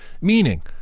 Meaning